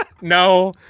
No